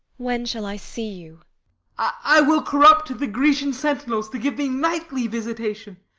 when shall i see you i will corrupt the grecian sentinels to give thee nightly visitation.